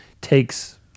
takes